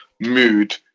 mood